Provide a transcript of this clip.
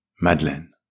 Madeleine